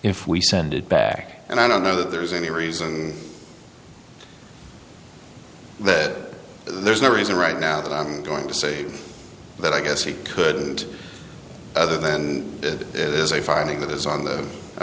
if we send it back and i don't know that there's any reason that there's no reason right now that i'm going to say that i guess he could other then did it is a finding that is on the i